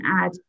add